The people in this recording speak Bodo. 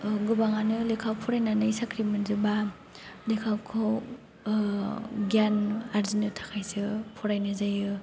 गोबाङानो लेखा फरायनानै साख्रि मोनजोबा लेखाखौ गियान आरजिनो थाखायसो फरायनाय जायो